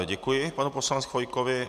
Děkuji panu poslanci Chvojkovi.